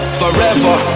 forever